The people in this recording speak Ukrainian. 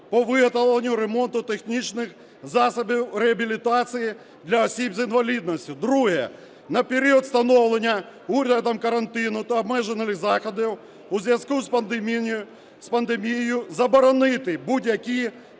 по виготовленню і ремонту технічних засобів реабілітації для осіб з інвалідністю. Друге. На період встановлення урядом карантину та обмежувальних заходів у зв'язку з пандемією, заборонити будь-які